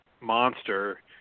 monster